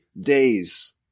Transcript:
days